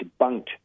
debunked